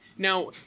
Now